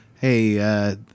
Hey